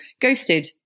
Ghosted